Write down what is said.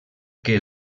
que